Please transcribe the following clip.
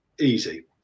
easy